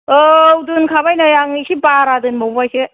औ दोनखाबाय नै आं एसे बारा दोनबावबायसो